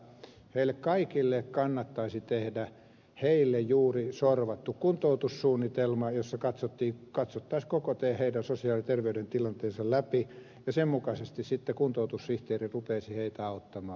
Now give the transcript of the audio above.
heille kaikille kannattaisi tehdä juuri heille sorvattu kuntoutussuunnitelma jossa katsottaisiin koko heidän sosiaalinen ja terveydellinen tilanteensa läpi ja sen mukaisesti sitten kuntoutussihteeri rupeaisi heitä auttamaan